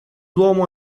duomo